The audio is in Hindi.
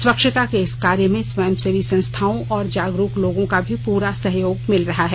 स्वच्छता के इस कार्य में स्वयंसेवी संस्थाओं और जागरूक लोगों का भी पूरा सहयोग मिल रहा है